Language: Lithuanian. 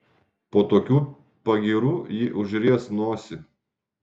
po tokių pagyrų ji užries nosį